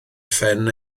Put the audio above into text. phen